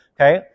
okay